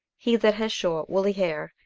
he that has short, woolly hair,